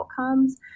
outcomes